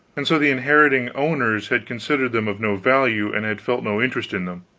and so the inheriting owners had considered them of no value, and had felt no interest in them.